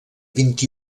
vint